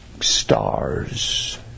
stars